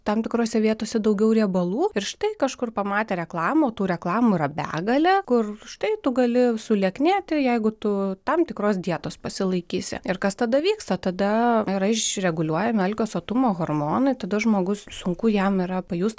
tam tikrose vietose daugiau riebalų ir štai kažkur pamatę reklamą tų reklamų yra begalė kur štai tu gali sulieknėti jeigu tu tam tikros dietos pasilaikysi ir kas tada vyksta tada yra išreguliuoja alkio sotumo hormonai tada žmogus sunku jam yra pajust